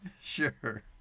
Sure